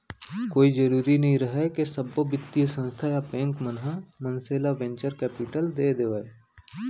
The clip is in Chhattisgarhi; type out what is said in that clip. कोई जरुरी नइ रहय के सब्बो बित्तीय संस्था या बेंक मन ह मनसे ल वेंचर कैपिलट दे देवय